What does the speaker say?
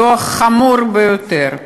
דוח חמור ביותר.